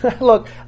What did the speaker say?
Look